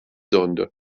döndü